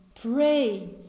pray